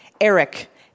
Eric